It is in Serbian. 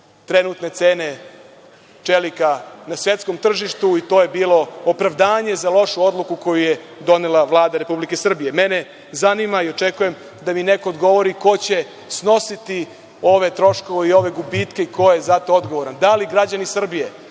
trenutne cene čelika na svetskom tržištu i to je bilo opravdanje za lošu odluku koju je donela Vlada Republike Srbije. Mene zanima i očekujem da mi neko odgovori – ko će snositi ove troškove i ove gubitke i ko je za to odgovoran? Da li građani Srbije